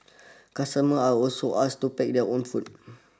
customers are also asked to pack their own food